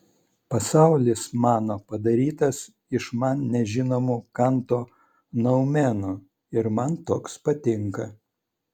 pasaulis mano padarytas iš man nežinomų kanto noumenų ir man toks patinka